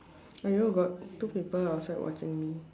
!aiyo! got two people outside watching me